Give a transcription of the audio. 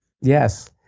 Yes